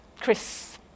Chris